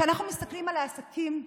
כשאנחנו מסתכלים על העסקים הבינוניים,